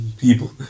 people